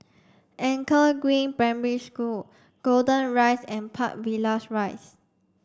Anchor Green Primary School Golden Rise and Park Villas Rise